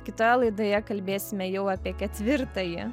kitoje laidoje kalbėsime jau apie ketvirtąjį